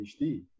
PhD